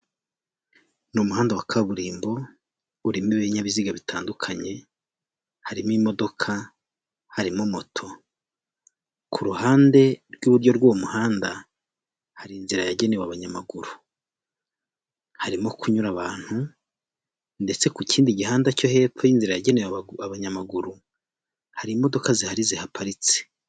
Ni umuhanda wa kaburimbo urimo ibinyabiziga bitandukanye, harimo imodoka harimo moto, ku ruhande rw'iburyo rw'uwo muhanda hari inzira yagenewe abanyamaguru, harimo kunyura abantu ndetse ku kindi gihanda cyo hepfo y'inzira yagenewe aba abanyamaguru hari imodoka zihari zihaparitse.